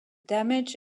damaged